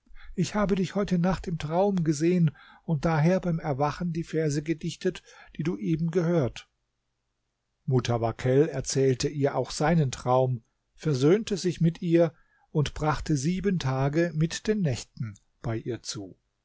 ich habe dich heute nacht im traum gesehen und daher beim erwachen die verse gedichtet die du eben gehört mutawakkel erzählte ihr auch seinen traum versöhnte sich mit ihr und brachte sieben tage mit den nächten bei ihr zu